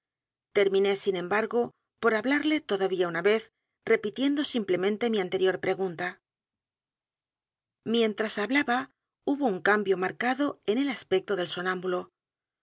terminé sin embargo p o r hablarle todavía una vez repitiendo simplemente mí anterior p r e g u n t a mientras hablaba hubo u n cambio marcado en e l aspecto del sonámbulo